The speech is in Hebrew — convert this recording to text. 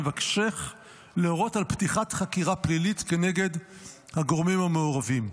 נבקשך להורות על פתיחת חקירה פלילית כנגד הגורמים המעורבים.